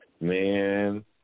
man